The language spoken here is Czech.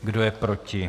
Kdo je proti?